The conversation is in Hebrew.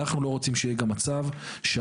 אנחנו לא רוצים שיהיה גם מצב שהיום,